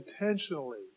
intentionally